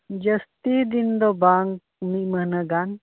ᱡᱟᱹᱥᱛᱤ ᱫᱤᱱᱫᱚ ᱵᱟᱝ ᱢᱤᱫ ᱢᱟᱹᱦᱱᱟᱹ ᱜᱟᱱ